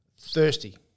thirsty